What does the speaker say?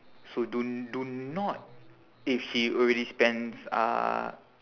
so don't do not if she already spends uh